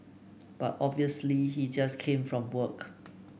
but obviously he just came from work